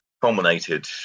culminated